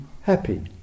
happy